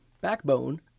backbone